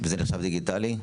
זה נחשב דיגיטלי?